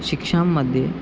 शिक्षां मध्ये